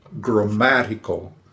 grammatical